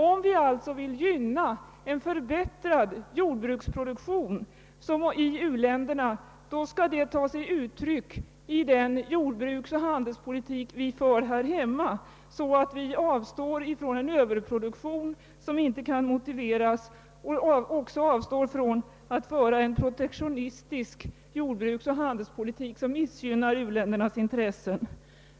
Om vi alltså vill åstadkomma en förbättrad jordbruksproduktion i u-länderna, då skall det ta sig uttryck i den jordbruksoch handeispolitik som vi för här hemma, så att vi avstår från en överproduktion som inte kan motiveras och avstår från att föra en protektionistisk jordbruksoch handelspolitik som missgynnar uländernas intressen.